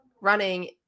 running